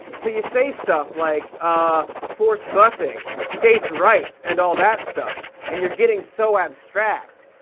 so you say stuff like, ah, forced busing, states' rights, and all that stuff, and you're getting so abstract.